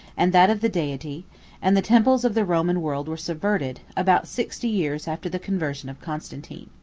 and that of the deity and the temples of the roman world were subverted, about sixty years after the conversion of constantine.